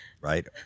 Right